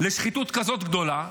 לשחיתות כזאת גדולה,